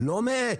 לא מאט,